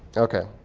ok,